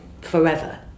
forever